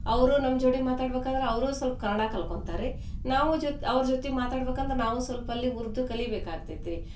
ಅವರೂ ನಮ್ಮ ಜೋಡಿ ಮಾತಾಡ್ಬೇಕಾದ್ರ್ ಅವರೂ ಸ್ವಲ್ಪ ಕನ್ನಡ ಕಲ್ಕೊಂತಾರೆ ರೀ ನಾವೂ ಜೊತೆ ಅವ್ರ ಜೊತೆ ಮಾತಾಡ್ಬೇಕಂದ್ರ್ ನಾವೂ ಸ್ವಲ್ಪ ಅಲ್ಲಿ ಉರ್ದು ಕಲಿಬೇಕಾಗ್ತೈತೆ ರೀ